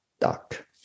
duck